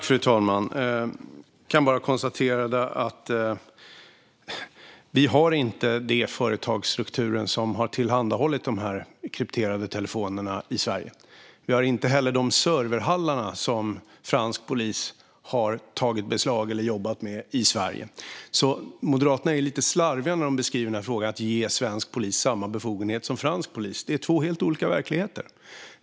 Fru talman! Jag kan bara konstatera att vi i Sverige inte har de företagsstrukturer som har tillhandahållit dessa krypterade telefoner. I Sverige har vi inte heller de serverhallar som fransk polis gjort beslag i eller jobbat med. Moderaterna är lite slarviga när de beskriver det som att ge svensk polis samma befogenheter som fransk polis. Det är två helt olika verkligheter.